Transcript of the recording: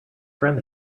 friend